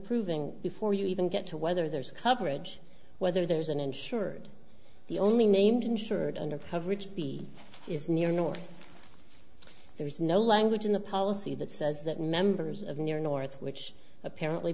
proving before you even get to whether there's coverage whether there's an insured the only named insured under privileged b is near north there's no language in the policy that says that members of near north which apparently